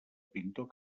pintor